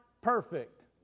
perfect